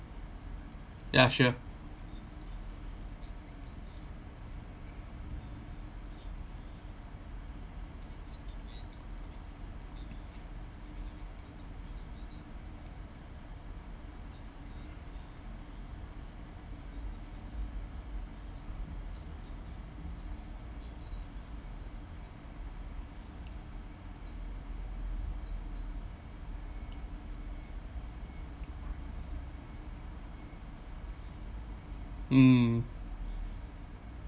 ya sure mm